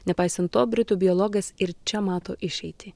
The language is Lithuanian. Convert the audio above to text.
nepaisant to britų biologas ir čia mato išeitį